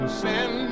send